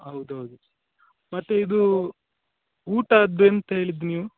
ಹೌದು ಹೌದು ಮತ್ತೆ ಇದು ಊಟದ್ದು ಎಂತ ಹೇಳಿದ್ದು ನೀವು